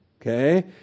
Okay